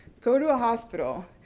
go to a hospital,